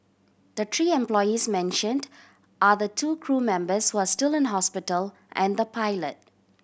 the three employees mentioned are the two crew members who are still in hospital and the pilot